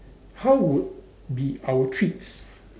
how would be our treats